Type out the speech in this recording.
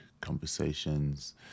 conversations